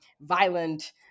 violent